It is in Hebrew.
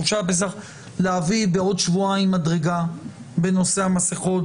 להביא בעוד שבועיים מדרגה בנושא המסכות.